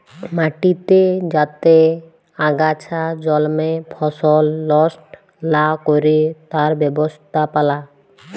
মাটিতে যাতে আগাছা জল্মে ফসল লস্ট লা ক্যরে তার ব্যবস্থাপালা